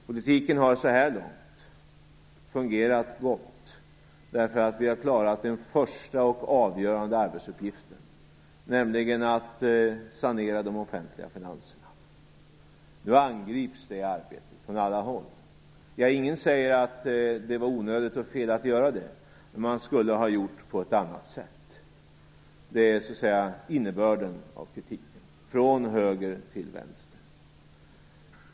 Politiken har så här långt fungerat gott därför att vi har klarat den första och avgörande arbetsuppgiften, nämligen att sanera de offentliga finanserna. Nu angrips det arbetet från alla håll. Ingen säger att det var onödigt och fel att göra det, men vi skulle ha gjort på ett annat sätt. Det är så att säga innebörden i kritiken från höger till vänster.